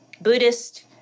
Buddhist